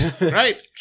Right